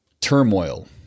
turmoil